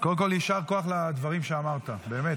קודם כול, יישר כוח על הדברים שאמרת, באמת.